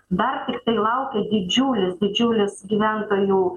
dar tiktai laukia didžiulis didžiulis gyventojų